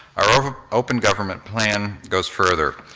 our open government plan goes further.